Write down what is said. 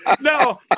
No